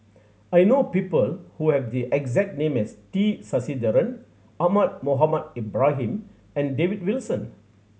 I know people who have the exact name as T Sasitharan Ahmad Mohamed Ibrahim and David Wilson